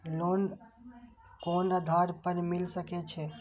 Loan कोन आधार पर मिल सके छे?